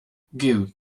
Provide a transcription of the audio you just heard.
gud